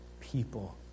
people